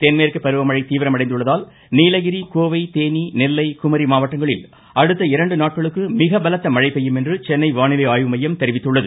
தென்மேற்கு பருவமழை தீவிரமடைந்துள்ளதால் நீலகிரி கோவை தேனி நெல்லை குமரி மாவட்டங்களில் அடுத்த இரண்டு நாட்களுக்கு மிக பலத்த மழை பெய்யும் என்று சென்னை வானிலை ஆய்வு மையம் தெரிவித்துள்ளது